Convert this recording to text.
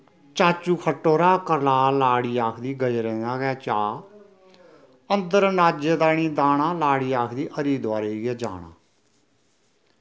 चाचू खट्टै रा करला लाड़ी आखदी गजरें दा गै चाऽ अन्दर नाज्जे दा निं दाना लाड़ी आखदी हरी दोआरे गै जाना